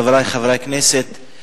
חברי חברי הכנסת,